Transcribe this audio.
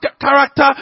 character